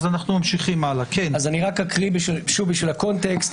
אקריא בשביל הקונטקסט.